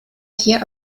hier